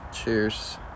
Cheers